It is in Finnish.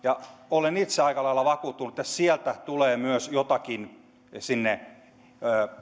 olen itse aika lailla vakuuttunut että sieltä tulee myös jotakin